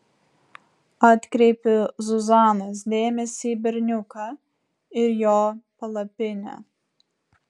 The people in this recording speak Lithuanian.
atkreipiu zuzanos dėmesį į berniuką ir jo palapinę